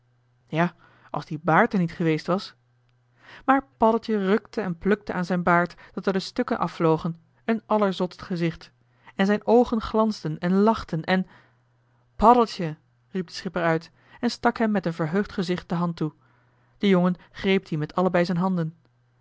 ja als die baard er niet geweest was maar paddeltje rukte en plukte aan zijn baard dat er de stukken afvlogen een allerzotst gezicht en zijn oogen glansden en lachten en paddeltje riep de schipper uit en stak hem met een verheugd gezicht de hand toe de jongen greep die met allebei zijn handen